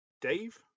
Dave